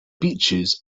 beaches